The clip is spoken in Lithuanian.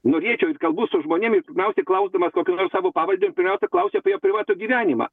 norėčiau jūs kalbu su žmonėm ir pirmiausiai klausdamas kokių nors savo pavardę pirmiausiai klausiu apie jo privatų gyvenimą